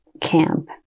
camp